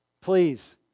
Please